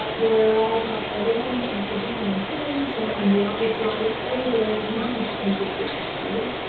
ah whereas, when you're looking into heating and cooling so, on the upward slide a there is not many countries which have targets.